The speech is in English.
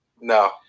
No